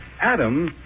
Adam